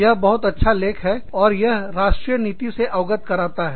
यह बहुत अच्छा लेख है और यह राष्ट्रीय नीति से अवगत कराता है